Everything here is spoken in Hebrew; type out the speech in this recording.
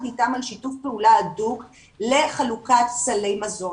איתם על שיתוף פעולה הדוק לחלוקת סלי מזון,